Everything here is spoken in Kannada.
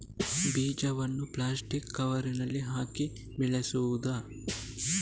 ಬೀಜವನ್ನು ಪ್ಲಾಸ್ಟಿಕ್ ಕವರಿನಲ್ಲಿ ಹಾಕಿ ಬೆಳೆಸುವುದಾ?